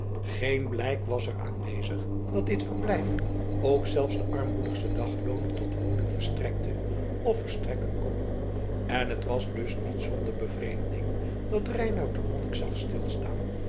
geen blijk was er aanwezig dat dit verblijf ook zelfs den armoedigsten daglooner tot woning verstrekte of verstrekken kon en het was dus niet zonder bevreemding dat reinout den monnik zag stilstaan